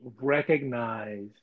recognize